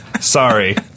sorry